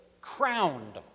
crowned